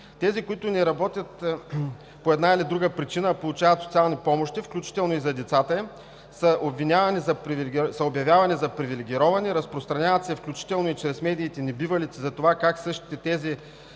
Тези, които не работят по една или друга причина, а получават социални помощи, включително и за децата им, са обявявани за привилегировани, разпространяват се включително и чрез медиите небивалици за това как същите тези,